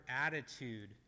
attitude